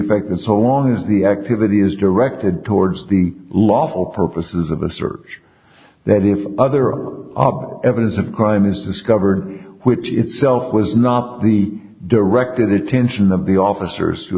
effect and so long as the activity is directed towards the lawful purposes of the search that if other evidence of crime is discovered which itself was not the direct attention of the officers to